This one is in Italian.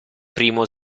primo